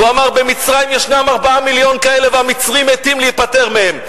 והוא אמר: במצרים ישנם 4 מיליון כאלה והמצרים מתים להיפטר מהם.